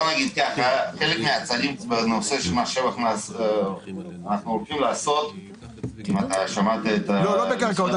חלק מהצעדים שאנחנו הולכים לעשות במס שבח --- לא בקרקעות,